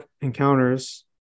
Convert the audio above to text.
encounters